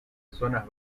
zonas